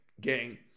Gang